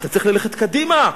אתה צריך ללכת קדימה,